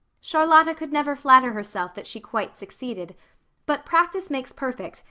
charlotta could never flatter herself that she quite succeeded but practice makes perfect,